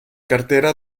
cartera